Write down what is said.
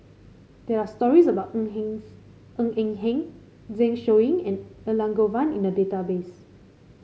there are stories about Ng Eng Ng Eng Hen Zeng Shouyin and Elangovan in the database